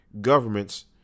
governments